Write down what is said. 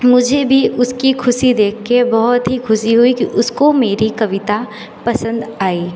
मुझे भी उसकी खुशी देख के बहुत ही खुशी हुई कि उसको मेरी कविता पसंद आई